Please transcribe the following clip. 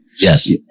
Yes